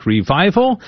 Revival